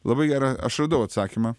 labai gerą aš radau atsakymą